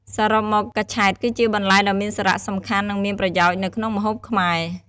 សរុបមក កញ្ឆែតគឺជាបន្លែដ៏មានសារៈសំខាន់ និងមានប្រយោជន៍នៅក្នុងម្ហូបខ្មែរ។